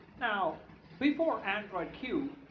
now, before android q,